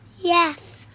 Yes